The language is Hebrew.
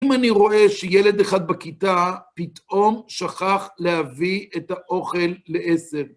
אם אני רואה שילד אחד בכיתה פתאום שכח להביא את האוכל לעשר